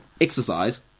exercise